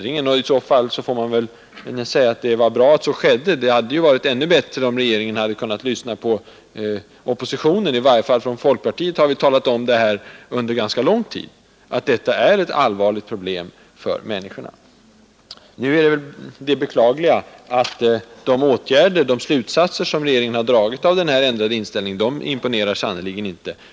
I så fall får man säga att det var bra att den rapporten kom. Det hade varit ännu bättre om regeringen hade velat lyssna på oppositionen. I varje fall från folkpartiets sida har vi sedan lång tid tillbaka talat om att det här är ett allvarligt problem för människorna. Det beklagliga är, att de slutsatser som regeringen har dragit av denna ändrade inställning sannerligen inte imponerar.